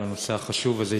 על הנושא החשוב הזה,